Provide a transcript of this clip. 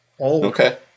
Okay